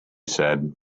said